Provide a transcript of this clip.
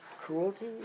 cruelty